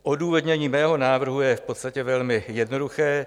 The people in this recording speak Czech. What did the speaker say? Odůvodnění mého návrhu je v podstatě velmi jednoduché.